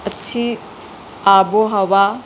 اچھی آب و ہوا